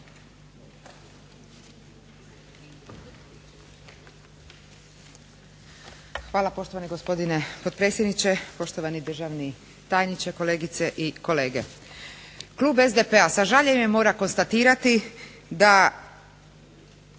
Hvala poštovani gospodine potpredsjedniče. Poštovani državni tajniče, kolegice i kolege zastupnici. Klub SDP-a sa žaljenjem mora konstatirati da